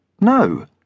No